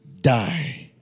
die